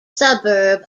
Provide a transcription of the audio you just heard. suburb